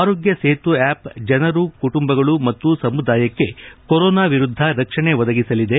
ಆರೋಗ್ಯ ಸೇತು ಆಪ್ ಜನರು ಕುಟುಂಬಗಳು ಮತ್ತು ಸಮುದಾಯಕ್ಕೆ ಕೊರೋನಾ ವಿರುದ್ದ ರಕ್ಷಣೆ ಒದಗಿಸಲಿದೆ